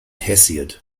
hesiod